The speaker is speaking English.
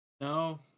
No